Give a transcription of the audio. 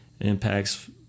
impacts